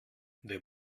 der